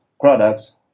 products